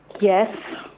Yes